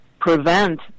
prevent